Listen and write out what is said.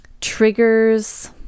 triggers